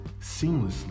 seamlessly